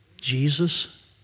Jesus